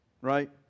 right